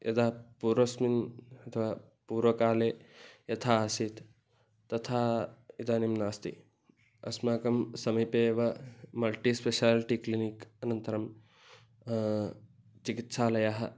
यदा पूर्वस्मिन् अथवा पूर्वकाले यथा आसीत् तथा इदानीं नास्ति अस्माकं समीपेव मल्टि स्पेशाल्टि क्लिनिक् अनन्तरं चिकित्सालयः